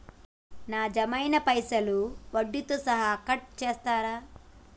నా జమ అయినా పైసల్ వడ్డీతో సహా కట్ చేస్తరా?